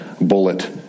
bullet